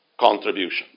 contribution